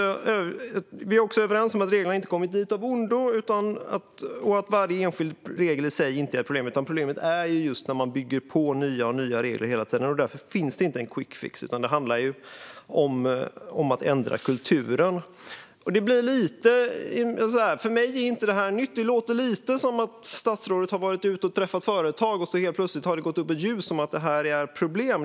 Vi är också överens om att reglerna inte kommit till av ondo och att varje enskild regel i sig inte är ett problem. Problemet är just att man hela tiden bygger på med nya regler. Det finns därför ingen quickfix, utan det handlar om att ändra kulturen. För mig är detta inget nytt. Det låter lite som om statsrådet har varit ute och träffat företag och det helt plötsligt har gått upp ett ljus om att det här är ett problem.